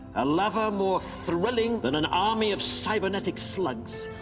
a lover more thrilling than an army of cybernetic slugs.